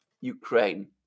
Ukraine